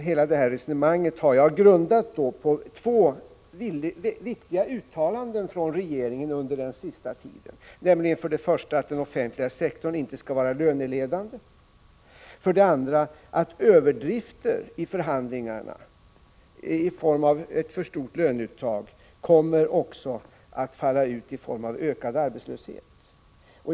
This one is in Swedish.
Hela det här resonemanget har jag grundat på två viktiga uttalanden från regeringen under den senaste tiden, nämligen: 1. att den offentliga sektorn inte skall vara löneledande, 2. att överdrifter i förhandlingarna, i form av ett för stort löneuttag, kommer att falla ut i form av ökad arbetslöshet.